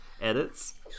edits